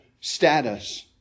status